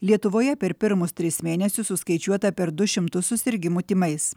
lietuvoje per pirmus tris mėnesius suskaičiuota per du šimtus susirgimų tymais